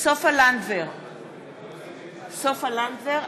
סופה לנדבר,